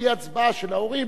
על-פי הצבעה של ההורים,